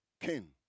King